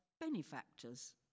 benefactors